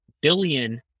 billion